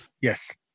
Yes